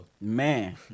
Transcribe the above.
Man